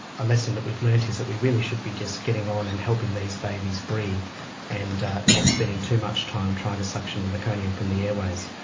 a lesson that we've learned is that we really should be just getting on and helping these babies breathe and not spending too much time trying to suction the meconium from the airways.